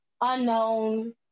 unknown